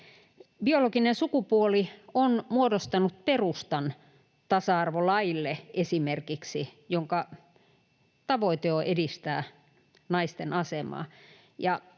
Biologinen sukupuoli on muodostanut perustan esimerkiksi tasa-arvolaille, jonka tavoite on edistää naisten asemaa,